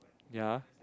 ya